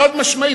חד-משמעית.